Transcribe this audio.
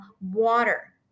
water